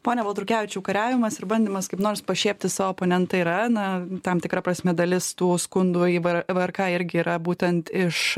pone baltrukevičiau kariavimas ir bandymas kaip nors pašiepti savo oponentą yra na tam tikra prasme dalis tų skundų į vr vrk irgi yra būtent iš